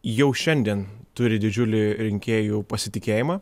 jau šiandien turi didžiulį rinkėjų pasitikėjimą